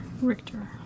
Richter